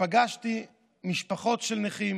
ופגשתי משפחות של נכים,